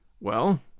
Well